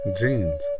jeans